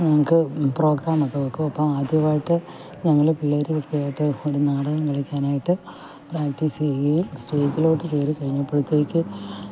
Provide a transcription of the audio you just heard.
ഞങ്ങൾക്ക് പ്രോഗ്രാമൊക്കെ വെക്കും അപ്പം ആദ്യവായിട്ട് ഞങ്ങള് പിള്ളേരുവൊക്കേയിട്ട് ഒരു നാടകം കളിക്കാനായിട്ട് പ്രാക്ടീസ്യ്കയും സ്റ്റേജിലോട്ട് കയറിക്കഴിഞ്ഞപ്പഴത്തേക്ക്